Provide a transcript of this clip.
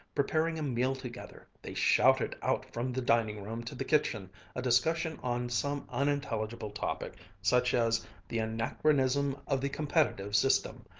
preparing a meal together, they shouted out from the dining-room to the kitchen a discussion on some unintelligible topic such as the anachronism of the competitive system,